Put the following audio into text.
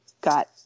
got